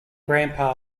grandpa